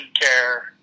care